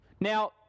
Now